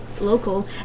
local